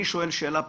אני שואל שאלה פשוטה: